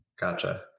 Gotcha